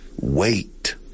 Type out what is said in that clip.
wait